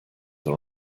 are